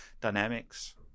dynamics